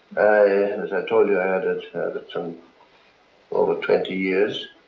and as i told you, i had it had it so over twenty years.